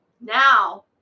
Now